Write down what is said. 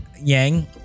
yang